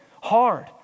hard